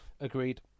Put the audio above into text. Agreed